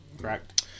correct